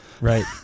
Right